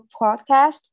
Podcast